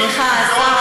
סליחה,